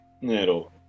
no